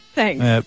Thanks